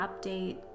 update